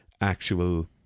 actual